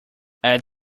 add